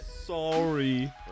Sorry